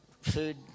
food